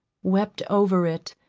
wept over it,